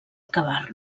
acabar